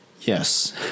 yes